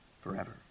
forever